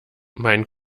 mein